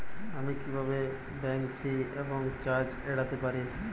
আমি কিভাবে bank fee এবং চার্জ এড়াতে পারি?